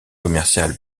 commercial